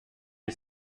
est